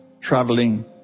traveling